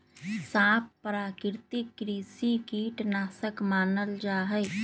सांप प्राकृतिक कृषि कीट नाशक मानल जा हई